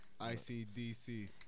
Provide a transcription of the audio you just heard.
ICDC